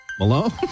Malone